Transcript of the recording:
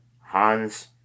Hans